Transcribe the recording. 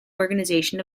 organization